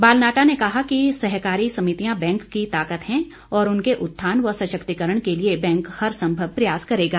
बालनाहटा ने कहा कि सहकारी समितियां बैंक की ताकत हैं और उनके उत्थान व सशक्तिकरण के लिए बैंक हरसंभव प्रयास करेगा